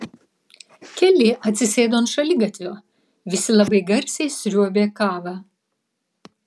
keli atsisėdo ant šaligatvio visi labai garsiai sriuobė kavą